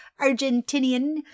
Argentinian